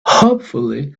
hopefully